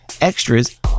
extras